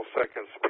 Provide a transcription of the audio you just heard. seconds